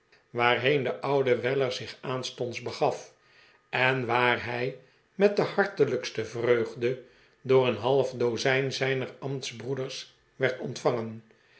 waarheen de oude weller zich aanstonds begaf en waar hij met de hartelijkste vreugde door een half dozijn zijner ambtsbroeders werd ontvangen